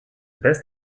best